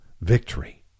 victory